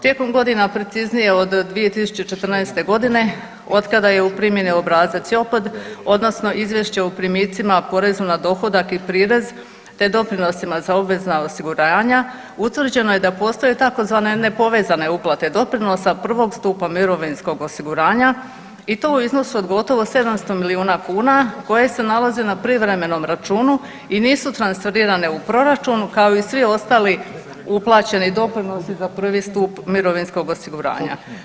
Tijekom godina preciznije od 2014. godine od kada je u primjeni obrazac JOPPD odnosno izvješće o primicima, porezu na dohodak i prirez te doprinosima za obvezna osiguranja utvrđeno je da postoje tzv. nepovezane uplate doprinosa prvog stupa mirovinskog osiguranja i to u iznosu od gotovo 700 milijuna kuna koje se nalaze na privremenom računu i nisu transferirane u proračun kao i svi ostali uplaćeni doprinosi za prvi stup mirovinskog osiguranja.